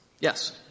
Yes